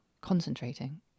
concentrating